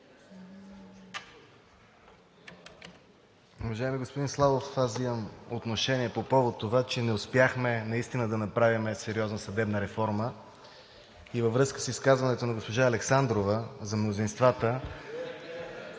Уважаеми господин Славов, аз взимам отношение по повод на това, че не успяхме наистина да направим сериозна съдебна реформа. Във връзка с изказването на госпожа Александрова за мнозинствата